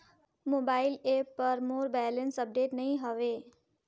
mobile app पर मोर balance update नई हवे